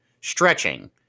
stretching